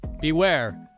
Beware